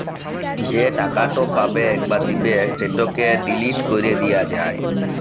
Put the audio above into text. যে টাকাট পাবেক বা দিবেক সেটকে ডিলিট ক্যরে দিয়া যায়